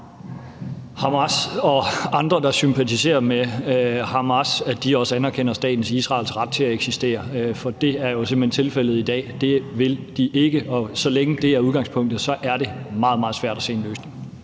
Hamas og andre, der sympatiserer med Hamas, også anerkender staten Israels ret til at eksistere, for det er jo tilfældet i dag, at det vil de simpelt hen ikke. Og så længe det er udgangspunktet, er det meget, meget svært at se en løsning.